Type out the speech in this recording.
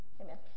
Amen